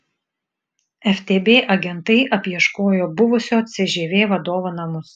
ftb agentai apieškojo buvusio cžv vadovo namus